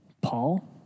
Paul